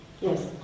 Yes